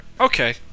okay